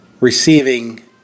receiving